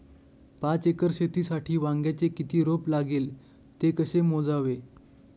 पाच एकर शेतीसाठी वांग्याचे किती रोप लागेल? ते कसे मोजावे?